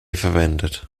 verwendet